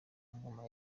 ngoma